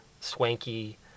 swanky